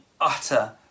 utter